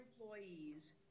employees